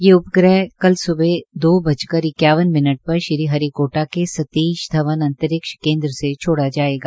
ये उपग्रह कल सुबह दो बजकर इक्यावन मिनट पर श्री हरि कोटा के सतीश धवन अंतरिक्ष केन्द्र से छोड़ा जायेगा